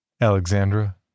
Alexandra